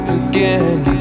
again